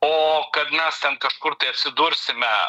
o kad mes ten kažkur tai atsidursime